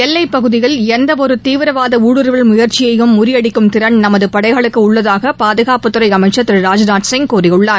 எல்லைப்பகுதியில் எந்தவொரு தீவிரவாத ஊடுருவல் முயற்சியையும் முறியடிக்கும் திறன் நமது படைகளுக்கு உள்ளதாக பாதுகாப்புத்துறை அமைச்சர் திரு ராஜ்நாத் சிங் கூறியுள்ளார்